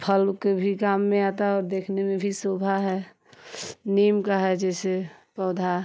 फल के भी काम में आता है और देखने में भी शोभा है नीम का है जैसे पौधा